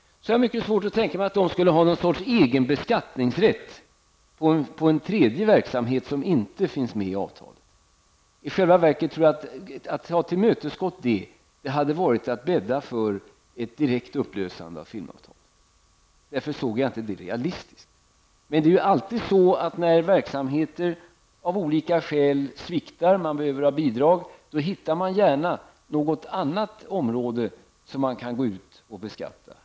Jag har mycket svårt att tänka mig att Filminstitutet skulle ha någon sorts egen beskattningsrätt när det gäller en tredje verksamhet, som inte ingår i avtalet. Om man hade tillmötesgått Filminstitutets förslag, hade man bäddat för en direkt upplösning av filmavtalet. Därför såg jag inte förslaget som realistiskt. När verksamheter av olika skäl sviktar och man behöver ha bidrag, hittar man gärna något annat område som kan beskattas.